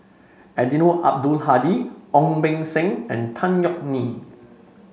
Eddino Abdul Hadi Ong Beng Seng and Tan Yeok Nee